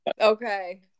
Okay